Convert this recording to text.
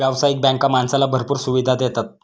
व्यावसायिक बँका माणसाला भरपूर सुविधा देतात